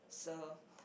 so